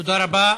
תודה רבה.